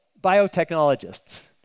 biotechnologists